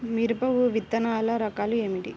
మిరప విత్తనాల రకాలు ఏమిటి?